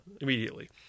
Immediately